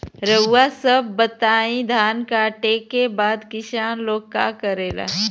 रउआ सभ बताई धान कांटेके बाद किसान लोग का करेला?